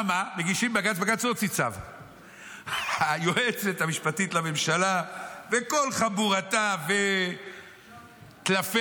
רגע, אני אומר לך, זה "אכלה ומחתה פיה